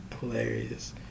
hilarious